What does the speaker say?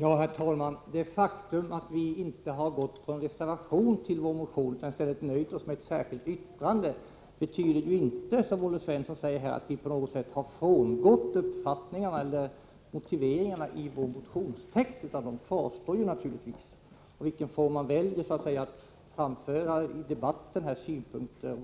Herr talman! Det faktum att vi inte har avgivit någon reservation till förmån för vår motion utan nöjt oss med ett särskilt yttrande betyder ju inte, som Olle Svensson säger, att vi har frångått uppfattningarna i vår motionstext, utan de kvarstår naturligtvis. Om man väljer att framföra sina synpunkter